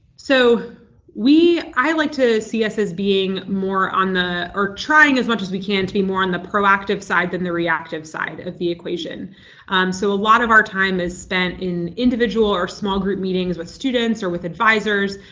so we i like to see us as being more on the or trying as much as we can to be more on the proactive side than the reactive side of the equation so a lot of our time is spent in individual or small group meetings with students, or with advisers,